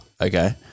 Okay